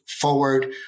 forward